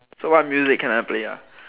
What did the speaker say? so what music can I play ah